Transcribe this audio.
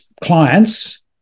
clients